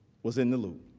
was in the loop.